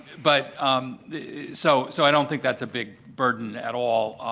but um so so, i don't think that's a big burden at all.